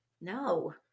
No